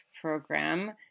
program